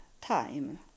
time